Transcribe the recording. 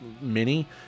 mini